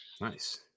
Nice